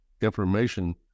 information